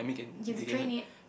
you have to train it